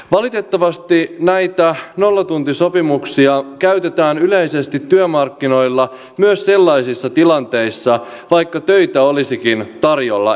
valitettavasti näitä nollatuntisopimuksia käytetään yleisesti työmarkkinoilla myös sellaisissa tilanteissa joissa töitä olisikin tarjolla enemmän